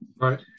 right